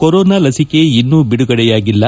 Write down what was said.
corona ಲಸಿಕೆ ಇನ್ನೂ ಬಿಡುಗಡೆಯಾಗಿಲ್ಲ